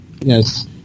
Yes